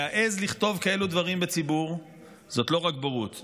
להעז לכתוב דברים כאלו בציבור זה לא רק בורות,